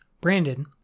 Brandon